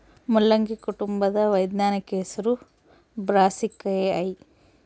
ಮುಲ್ಲಂಗಿ ಕುಟುಂಬದ ವೈಜ್ಞಾನಿಕ ಹೆಸರು ಬ್ರಾಸಿಕೆಐ